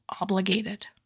obligated